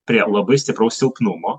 prie labai stipraus silpnumo